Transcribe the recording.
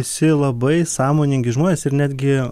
visi labai sąmoningi žmonės ir netgi